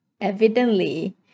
Evidently